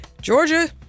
Georgia